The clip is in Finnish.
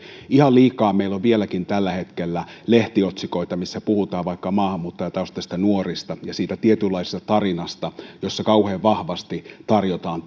ihan liikaa meillä on vielä tälläkin hetkellä lehtiotsikoita missä puhutaan vaikka maahanmuuttajataustaisista nuorista ja siitä tietynlaisesta tarinasta jossa kauhean vahvasti tarjotaan